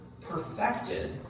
perfected